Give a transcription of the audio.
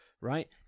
right